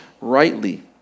rightly